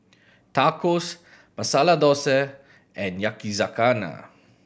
Tacos Masala Dosa and Yakizakana